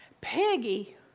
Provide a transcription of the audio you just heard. Peggy